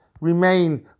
remain